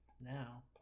now